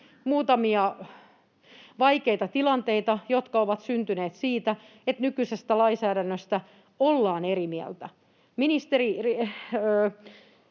muutamia vaikeita tilanteita, jotka ovat syntyneet siitä, että nykyisestä lainsäädännöstä ollaan eri mieltä.